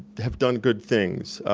have done good things.